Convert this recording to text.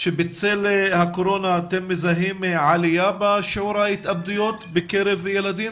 שבצל הקורונה אתם מזהים עליה בשיעור ההתאבדויות בקרב ילדים?